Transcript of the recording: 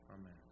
amen